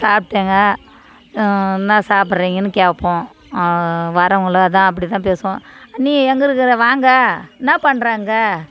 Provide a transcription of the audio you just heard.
சாப்பிடங்க என்னா சாப்பறிங்கன்னு கேட்போம் வரவங்களைதான் அப்படிதான் பேசுவோம் அண்ணி எங்கே இருக்கிற வாங்க என்னா பண்ணுற அங்கே